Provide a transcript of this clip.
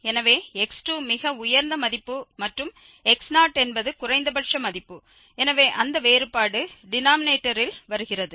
எனவே x2 மிக உயர்ந்த மதிப்பு மற்றும் x0 என்பது குறைந்தபட்ச மதிப்பு எனவே அந்த வேறுபாடு டினாமினேட்டரில் வருகிறது